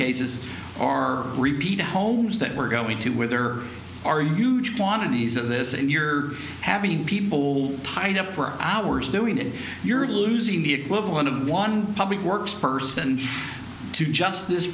cases are repeat homes that we're going to where there are huge quantities of this and you're having people tied up for hours doing that you're losing the equivalent of one public works person to just